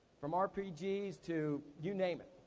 from rpgs to you name it.